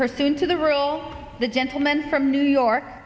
person to the rule the gentleman from new york